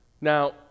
Now